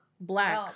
Black